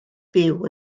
byw